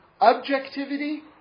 objectivity